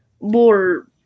more